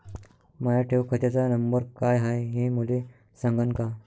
माया ठेव खात्याचा नंबर काय हाय हे मले सांगान का?